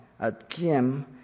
Atkim